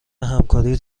همکاری